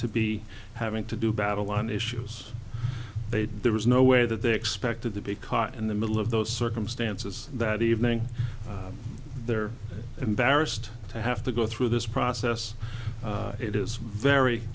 to be having to do battle on issues they there is no way that they expected to be caught in the middle of those circumstances that evening there and barest to have to go through this process it is very